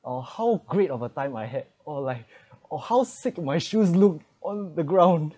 or how great of a time I had or like or how sick my shoes look on the ground